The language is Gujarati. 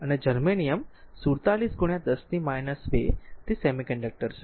અને જર્મેનિયમ 47 10 2 તે સેમિકન્ડક્ટર છે